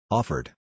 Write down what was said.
Offered